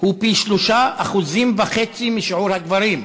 הוא פי שלושה-וחצי משיעור הגברים.